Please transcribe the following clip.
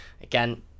again